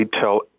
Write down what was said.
tell